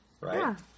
right